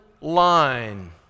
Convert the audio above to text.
line